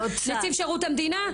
נציב שירות המדינה?